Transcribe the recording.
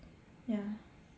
ya